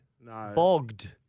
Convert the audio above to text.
bogged